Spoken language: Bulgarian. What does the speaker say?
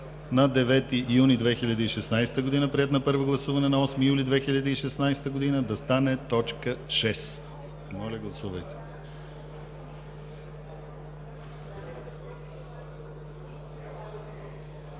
на 9 юни 2016 г., приет на първо гласуване на 8 юли 2016 г., да стане т. 6. Моля, гласувайте.